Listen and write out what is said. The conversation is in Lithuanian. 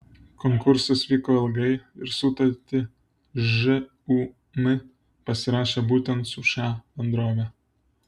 konkursas vyko ilgai ir sutartį žūm pasirašė būtent su šia bendrove